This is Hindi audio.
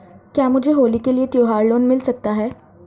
क्या मुझे होली के लिए त्यौहार लोंन मिल सकता है?